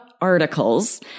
articles